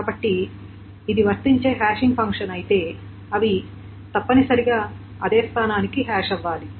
కాబట్టి ఇది వర్తించే హ్యాషింగ్ ఫంక్షన్ అయితే అవి తప్పనిసరిగా అదే స్థానానికి హ్యాష్ అవ్వాలి